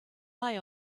lie